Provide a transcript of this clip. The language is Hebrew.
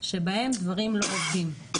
שבהם דברים לא עובדים.